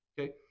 Okay